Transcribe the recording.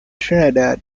trinidad